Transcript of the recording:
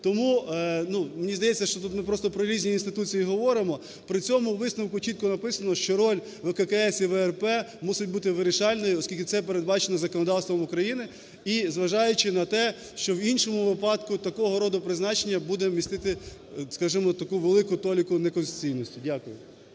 Тому мені здається, що тут ми просто про різні інституції говоримо. При цьому в висновку чітко написано, що роль ВККС і ВРП мусить бути вирішальною, оскільки це передбачено законодавством України. І зважаючи на те, що в іншому випадку такого роду призначення буде містити, скажімо, таку велику толіку неконституційності. Дякую.